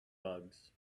bugs